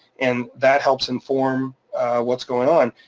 and that helps inform what's going on.